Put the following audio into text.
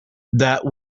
that